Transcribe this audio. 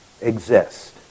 exist